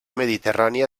mediterrània